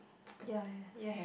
ya ya yet